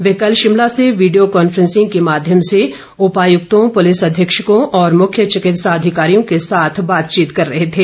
वे कल शिमला से video conferencing के माध्यम से उपायुक्तों पुलिस अधीक्षकों और मुख्य चिकित्सा अधिकारियों के साथ बातचीत कर रहे थे